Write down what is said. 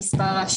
גובה הסיוע,